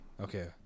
okay